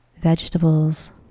vegetables